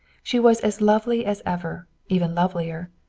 she was as lovely as ever, even lovelier.